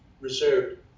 reserved